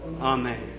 Amen